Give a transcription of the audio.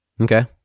okay